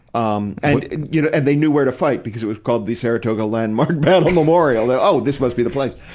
um you know and they knew where to fight, because it was called the saratoga landmark battle memorial. like, oh, this must be the place.